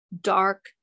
dark